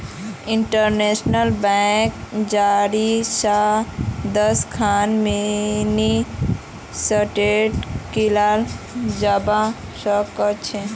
internet बैंकिंगेर जरियई स दस खन मिनी स्टेटमेंटक लियाल जबा स ख छ